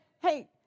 hey